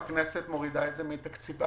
הכנסת מורידה את זה מתקציבה